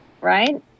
right